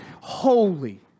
holy